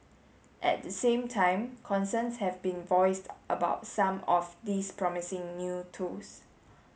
at the same time concerns have been voiced about some of these promising new tools